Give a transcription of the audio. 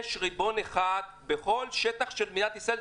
יש ריבון אחד בכל שטח של מדינת ישראל,